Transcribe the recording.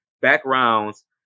backgrounds